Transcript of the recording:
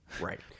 right